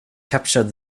captured